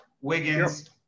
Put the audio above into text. Wiggins